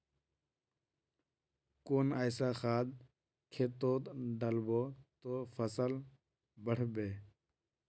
कुन ऐसा खाद खेतोत डालबो ते फसल बढ़बे?